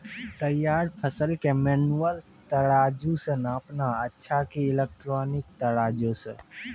तैयार फसल के मेनुअल तराजु से नापना अच्छा कि इलेक्ट्रॉनिक तराजु से?